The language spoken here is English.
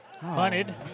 Punted